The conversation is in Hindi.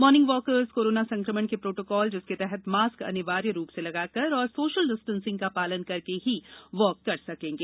मॉर्निंग वॉकर कोरोना संक्रमण के प्रोटोकॉल जिसके तहत मास्क अनिवार्य रूप से लगाकर तथा सोशल डिस्टेंसिंग का पालन कर ही वाक कर सकेंगे